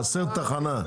חסר תחנה,